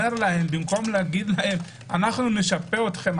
אומר להם במקום לומר להם: אנחנו נשפה אתכם,